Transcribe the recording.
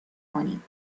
کنیم